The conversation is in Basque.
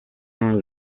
nuen